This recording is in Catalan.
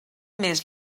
més